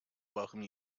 welcome